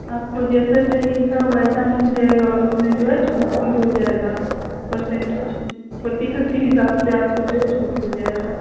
आपको जैसा चहिए था वैसा मिल जाएगा और उसमें जो है छूट भी हो जाएगा परसेंट प्रतिशत के हिसाब से आपको जो है छूट हो जाएगा